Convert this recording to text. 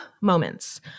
moments